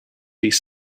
these